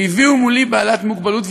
והביאו מולי בעלת מוגבלות,